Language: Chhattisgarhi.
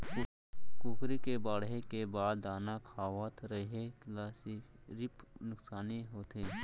कुकरी के बाड़हे के बाद दाना खवावत रेहे ल सिरिफ नुकसानी होथे